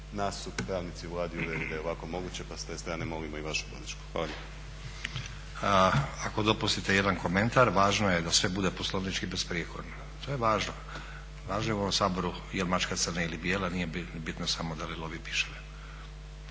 Nas su pravnici u Vladi uvjerili da je ovako moguće pa s te strane molimo i vašu podršku. Hvala lijepo. **Stazić, Nenad (SDP)** Ako dopustite jedan komentar, važno je da sve bude poslovnički i besprijekorno, to je važno. Važno je u ovom Saboru je li mačka crna ili bijela, nije bitno samo da li lovi miševe.